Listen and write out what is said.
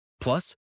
Plus